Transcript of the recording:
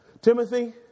Timothy